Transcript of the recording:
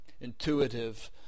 intuitive